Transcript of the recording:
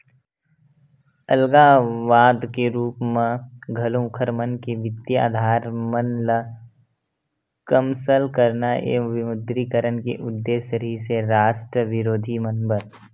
अलगाववाद के रुप म घलो उँखर मन के बित्तीय अधार मन ल कमसल करना ये विमुद्रीकरन के उद्देश्य रिहिस हे रास्ट बिरोधी मन बर